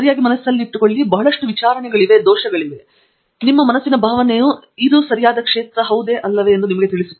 ಸರಿಯಾಗಿ ಮನಸ್ಸಿನಲ್ಲಿ ಇಟ್ಟುಕೊಳ್ಳಿ ಬಹಳಷ್ಟು ವಿಚಾರಣೆ ಮತ್ತು ದೋಷವಿದೆ ಆದರೆ ನಿಮ್ಮ ಕರುಳಿನ ಭಾವನೆಯು ಇದು ಸರಿಯಾದ ಪ್ರದೇಶವಾಗಿದೆಯೇ ಮತ್ತು ಇವರು ಸರಿಯಾದ ಸಲಹೆಗಾರ ಎಂದು ನಿಮಗೆ ತಿಳಿಸುತ್ತದೆ